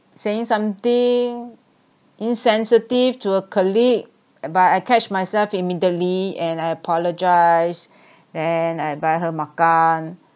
saying something insensitive to a colleague uh but I catch myself immediately and I apologise then I buy her makan